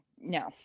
No